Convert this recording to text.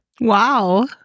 Wow